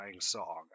song